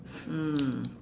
mm